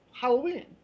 Halloween